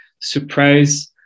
surprise